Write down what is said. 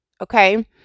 okay